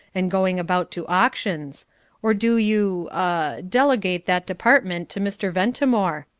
and going about to auctions or do you ah delegate that department to mr. ventimore?